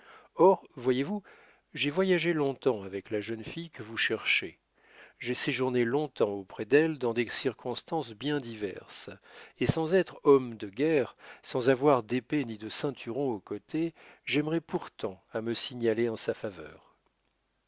voyez-vous j'ai voyagé longtemps avec la jeune fille que vous cherchez j'ai séjourné longtemps auprès d'elle dans des circonstances bien diverses et sans être homme de guerre sans avoir d'épée ni de ceinturon au côté j'aimerais pourtant à me signaler en sa faveur